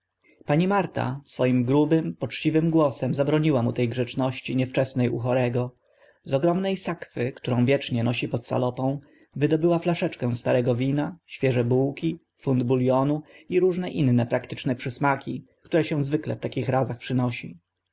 pani marta swoim grubym poczciwym głosem zabroniła mu te grzeczności niewczesne u chorego z ogromne sakwy którą wiecznie nosi pod salopą wydobyła flaszeczkę starego wina świeże bułki funt bulionu i różne inne praktyczne przysmaki które się zwykle w takich razach przynosi